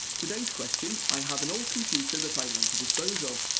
today's question i have an old computer that i want to dispose of,